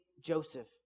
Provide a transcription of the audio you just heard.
Joseph